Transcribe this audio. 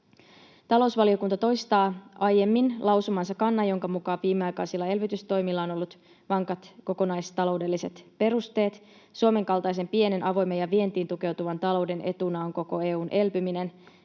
Talousvaliokunta toistaa aiemmin lausumansa kannan, jonka mukaan viimeaikaisilla elvytystoimilla on ollut vankat kokonaistaloudelliset perusteet. Suomen kaltaisen pienen, avoimen ja vientiin tukeutuvan talouden etuna on koko EU:n elpyminen.